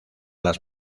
las